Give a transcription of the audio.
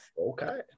okay